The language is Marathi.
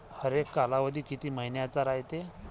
हरेक कालावधी किती मइन्याचा रायते?